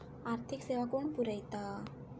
आर्थिक सेवा कोण पुरयता?